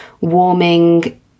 warming